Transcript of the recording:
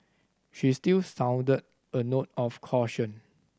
she still sounded a note of caution